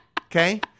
okay